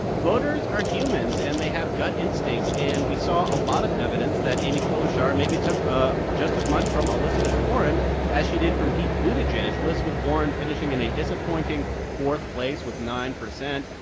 voters are humans. and they have gut instincts. and we saw a lot of evidence that amy klobuchar maybe took ah just as much from elizabeth warren as she did from pete buttigieg elizabeth warren finishing in a disappointing fourth place with nine percent.